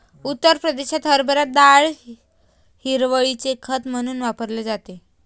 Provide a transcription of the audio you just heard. उत्तर प्रदेशात हरभरा डाळ हिरवळीचे खत म्हणून वापरली जाते